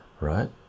right